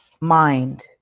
mind